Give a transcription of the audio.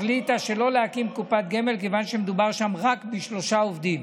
החליטה שלא להקים קופת גמל כיוון שמדובר שם רק בשלושה עובדים,